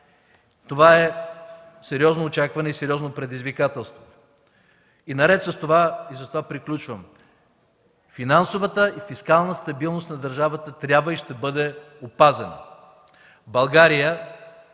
Това е сериозно очакване и сериозно предизвикателство. Наред с това, и с това приключвам, финансовата и фискална стабилност на държавата трябва и ще бъде опазена. България